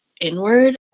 inward